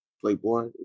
Playboy